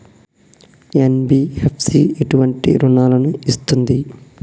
NBFC ఎటువంటి రుణాలను ఇస్తుంది?